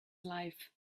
life